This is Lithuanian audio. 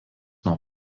nuo